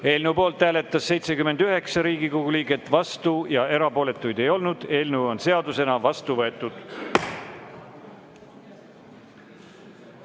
Eelnõu poolt hääletas 79 Riigikogu liiget, vastuolijaid ega erapooletuid ei olnud. Eelnõu on seadusena vastu võetud.